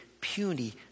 puny